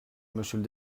monsieur